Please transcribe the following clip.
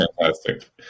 fantastic